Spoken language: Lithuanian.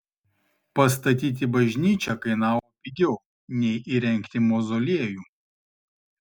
pastatyti bažnyčią kainavo pigiau nei įrengti mauzoliejų